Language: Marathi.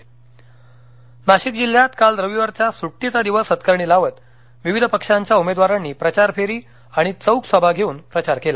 प्रचार नाशिक नाशिक जिल्ह्यात काल रविवारच्या सुट्टीचा दिवस सत्कारणी लावत विविध पक्षाच्या उमेदवारांनी प्रचार फेरी आणि चौक सभा घेऊन प्रचार केला